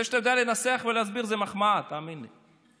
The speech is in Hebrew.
זה שאתה יודע לנסח ולהסביר, זו מחמאה, תאמין לי.